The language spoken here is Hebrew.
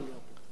סליחה?